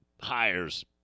hires